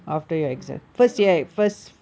so so end november